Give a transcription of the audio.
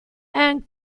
and